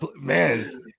man